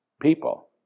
people